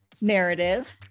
narrative